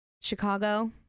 Chicago